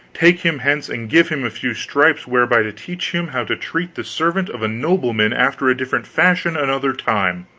take him hence and give him a few stripes whereby to teach him how to treat the servant of a nobleman after a different fashion another time.